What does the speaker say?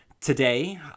today